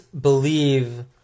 believe